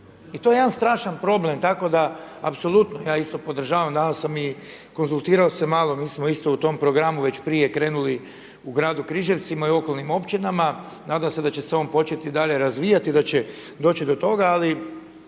I to je jedan strašan problem, tako da apsolutno ja isto podržavam. Danas sam i konzultirao se malo, mi smo isto u tom programu već prije krenuli u gradu Križevcima i okolnim općinama, nadam se da će se on početi dalje razvijati i da će doći do toga, ali